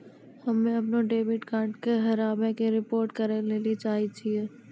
हम्मे अपनो डेबिट कार्डो के हेराबै के रिपोर्ट करै लेली चाहै छियै